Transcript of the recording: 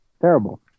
Terrible